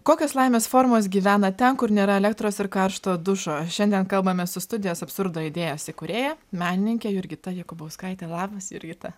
kokios laimės formos gyvena ten kur nėra elektros ir karšto dušo šiandien kalbame su studijos absurdo idėjos įkūrėja menininke jurgita jakubauskaite labas jurgita